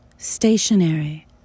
Stationary